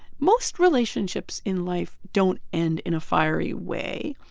most relationships in life don't end in a fiery way.